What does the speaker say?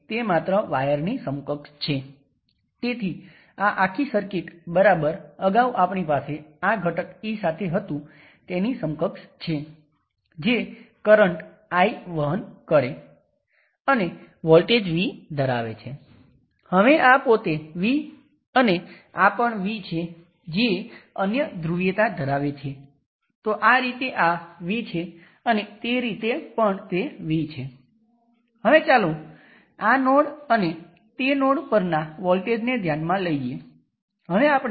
તેથી equivalent equivalent મૂલ્યાંકન કરીએ તો સંપૂર્ણતા માટે થેવેનિન રેઝિસ્ટન્સ આના જેવો જ હશે તે 800 Ω હશે અને થેવેનિન વોલ્ટેજ IN × RN હશે